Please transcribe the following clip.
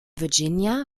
virginia